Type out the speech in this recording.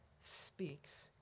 speaks